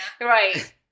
Right